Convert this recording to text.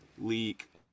Leak